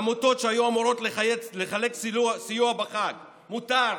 העמותות שהיו אמורות לחלק סיוע בחג, מותר?